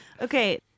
Okay